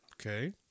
Okay